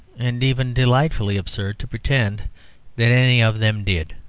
and even delightfully absurd, to pretend that any of them did.